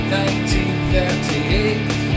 1938